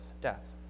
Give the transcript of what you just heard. death